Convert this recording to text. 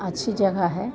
अच्छी जगह है